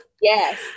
Yes